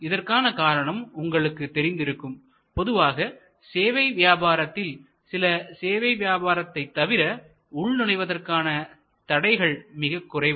இதற்கான காரணம் உங்களுக்கு தெரிந்திருக்கும் பொதுவாக சேவை வியாபாரத்தில் சில சேவை வியாபாரத்தை தவிர உள்நுழைவதற்கான தடைகள் மிகக் குறைவு